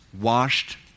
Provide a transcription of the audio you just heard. washed